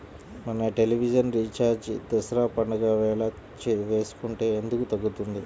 మన television recharge Dasara పండగ వేళ వేసుకుంటే ఎందుకు తగ్గుతుంది?